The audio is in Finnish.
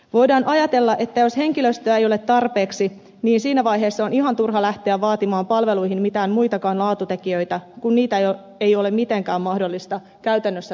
voidaan ajatella että jos henkilöstöä ei ole tarpeeksi niin siinä vaiheessa on ihan turha lähteä vaatimaan palveluihin mitään muitakaan laatutekijöitä kun niitä ei ole mitenkään mahdollista käytännössä toteuttaa